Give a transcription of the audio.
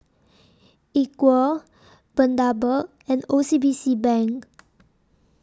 Equal Bundaberg and O C B C Bank